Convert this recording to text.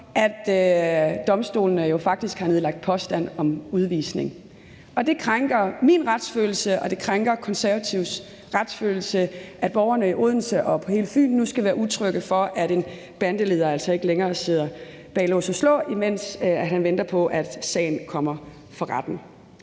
at domstolene jo faktisk har nedlagt påstand om udvisning. Det krænker min retsfølelse, og det krænker Konservatives retsfølelse, at borgerne i Odense og på hele Fyn nu skal være utrygge, fordi en bandeleder ikke længere sidder bag lås og slå, imens han venter på, at sagen kommer for retten.